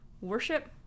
worship